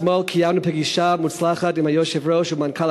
אתמול קיימנו פגישה מוצלחת עם היושב-ראש ומנכ"ל